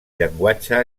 llenguatge